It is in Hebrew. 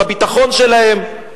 את הביטחון שלהם,